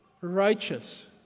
righteous